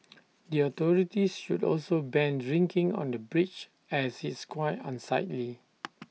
the authorities should also ban drinking on the bridge as it's quite unsightly